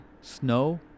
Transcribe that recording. snow